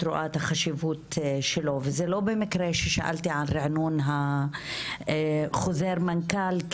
רואה את החשיבות שלו וזה לא במקרה ששאלתי על ריענון החוזר מנכ"ל,